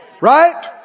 Right